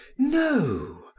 no,